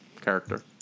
character